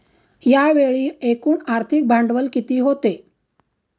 यावेळी एकूण आर्थिक भांडवल किती होते?